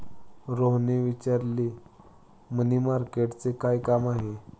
रोहनने विचारले, मनी मार्केटचे काय काम आहे?